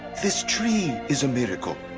this tree is a miracle,